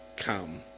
Come